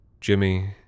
Jimmy